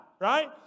right